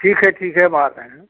ठीक है ठीक है अब आ रहे हैं